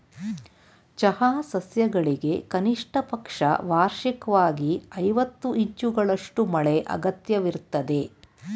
ಚಹಾ ಸಸ್ಯಗಳಿಗೆ ಕನಿಷ್ಟಪಕ್ಷ ವಾರ್ಷಿಕ್ವಾಗಿ ಐವತ್ತು ಇಂಚುಗಳಷ್ಟು ಮಳೆ ಅಗತ್ಯವಿರ್ತದೆ